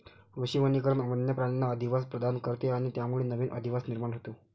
कृषी वनीकरण वन्य प्राण्यांना अधिवास प्रदान करते आणि त्यामुळे नवीन अधिवास निर्माण होतो